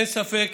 אין ספק,